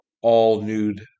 all-nude